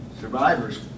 survivors